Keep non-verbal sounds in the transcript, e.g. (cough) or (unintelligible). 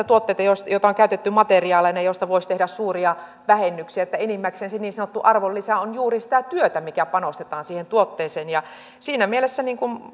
(unintelligible) tuotteita että niissä käytetyistä materiaaleista voisi tehdä suuria vähennyksiä jolloin enimmäkseen se niin sanottu arvonlisä on juuri sitä työtä mikä panostetaan siihen tuotteeseen siinä mielessä